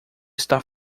está